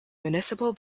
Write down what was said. municipal